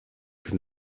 can